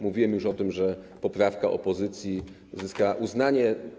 Mówiłem już o tym, że poprawka opozycji zyskała uznanie.